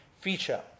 feature